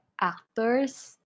actors